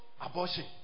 abortion